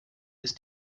ist